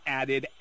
added